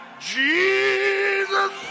Jesus